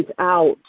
out